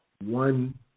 one